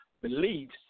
beliefs